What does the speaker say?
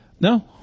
no